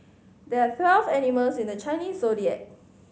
there are twelve animals in the Chinese Zodiac